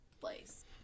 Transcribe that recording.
place